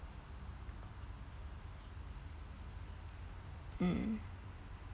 mm